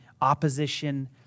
opposition